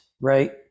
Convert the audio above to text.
right